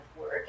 work